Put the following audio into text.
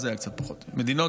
אז היו קצת פחות מדינות.